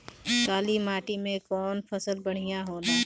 काली माटी मै कवन फसल बढ़िया होला?